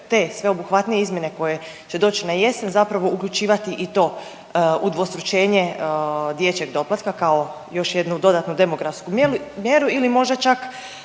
te sveobuhvatne izmjene koje će doći na jesen zapravo uključivati i to udvostručenje dječjeg doplatka kao još dodatnu demografsku mjeru ili možda čak